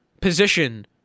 position